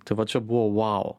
tai va čia buvo vau